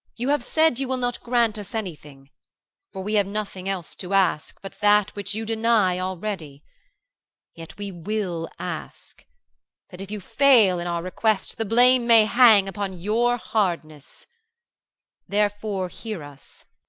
you have said you will not grant us anything for we have nothing else to ask but that which you deny already yet we will ask that, if you fail in our request, the blame may hang upon your hardness therefore hear us.